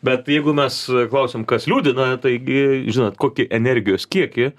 bet jeigu mes klausiam kas liūdina taigi žinot kokį energijos kiekį